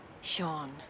Sean